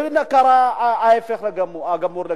והנה, קרה ההיפך הגמור.